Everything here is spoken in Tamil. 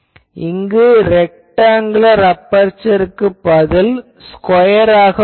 இங்கு இது ரெக்டாங்குலர் அபெர்சருக்குப் பதில் ஸ்கொயர் ஆக உள்ளது